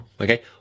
Okay